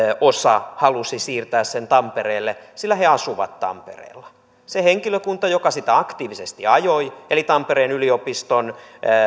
osa halusi siirtää sen tampereelle sillä he asuvat tampereella kun se henkilökunta joka sitä aktiivisesti ajoi eli tampereen yliopiston